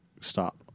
stop